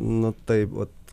nu taip vat